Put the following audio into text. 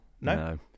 no